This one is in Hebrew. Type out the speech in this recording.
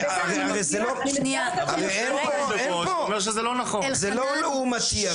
זה לא לעומתי.